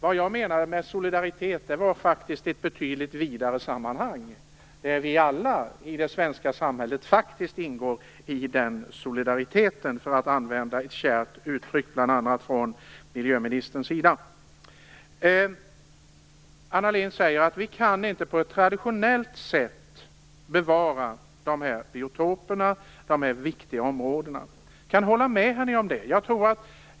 Vad jag menade med solidaritet var ett betydligt vidare sammanhang, där vi alla i det svenska samhället ingår i den solidariteten, för att använda ett kärt uttryck från bl.a. miljöministerns sida. Anna Lindh säger att vi inte på ett traditionellt sätt kan bevara dessa biotoper, dessa viktiga områden. Jag kan hålla med henne om det.